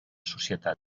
societat